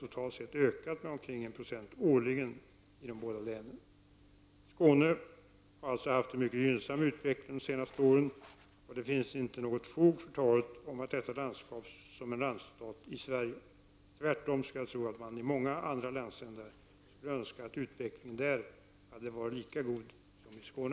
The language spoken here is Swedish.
Detta är några exempel där många i Skåne anser sig negativt behandlade av regeringen.